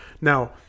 Now